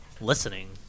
listening